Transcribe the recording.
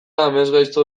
amesgaizto